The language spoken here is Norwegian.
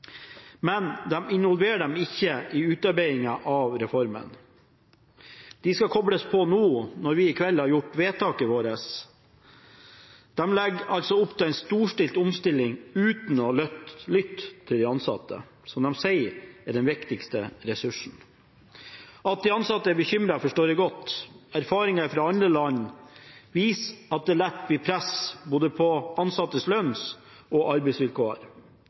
men man involverer dem ikke i utarbeidingen av reformen. De skal kobles på nå når vi i kveld har fattet vedtaket. De legger altså opp til en storstilt omstilling uten å lytte til de ansatte, som de sier er den viktigste ressursen. At de ansatte er bekymret, forstår jeg godt. Erfaringer fra andre land viser at det lett blir press på både ansattes lønns- og arbeidsvilkår.